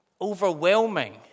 overwhelming